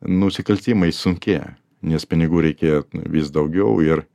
nusikaltimai sunkėja nes pinigų reikėjo nu vis daugiau ir